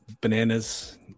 Bananas